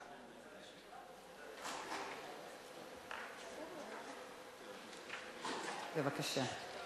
בבקשה.